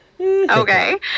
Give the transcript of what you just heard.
Okay